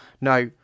Now